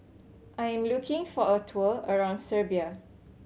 I'm looking for a tour around Serbia